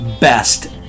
best